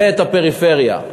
ואת הפריפריה.